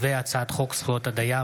הצעת חוק יום לציון